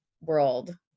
world